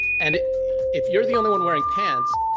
and if you're the only one wearing pants,